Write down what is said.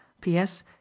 P.S